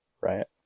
right